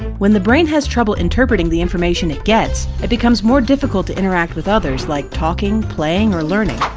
when the brain has trouble interpreting the information it gets, it becomes more difficult to interact with others, like talking, playing, or learning.